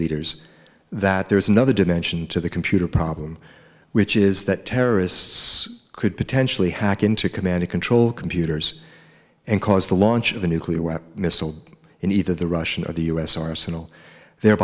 leaders that there is another dimension to the computer problem which is that terrorists could potentially hack into a command and control computers and cause the launch of a nuclear weapon missile in either the russian of the u s arsenal the